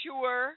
sure